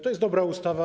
To jest dobra ustawa.